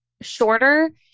shorter